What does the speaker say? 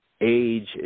age